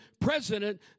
president